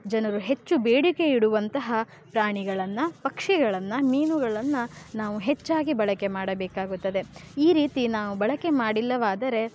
ಜನರು ಹೆಚ್ಚು ಬೇಡಿಕೆ ಇಡುವಂತಹ ಪ್ರಾಣಿಗಳನ್ನು ಪಕ್ಷಿಗಳನ್ನು ಮೀನುಗಳನ್ನು ನಾವು ಹೆಚ್ಚಾಗಿ ಬಳಕೆ ಮಾಡಬೇಕಾಗುತ್ತದೆ ಈ ರೀತಿ ನಾವು ಬಳಕೆ ಮಾಡಿಲ್ಲವಾದರೆ